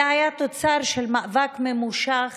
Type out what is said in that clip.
זה היה תוצר של מאבק ממושך